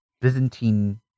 Byzantine